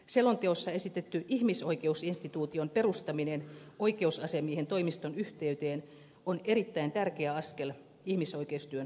selonteossa esitetty ihmisoikeusinstituution perustaminen oikeusasiamiehen toimiston yhteyteen on erittäin tärkeä askel ihmisoikeustyön kehittämisessä